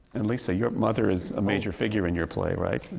and lisa, your mother is a major figure in your play, right?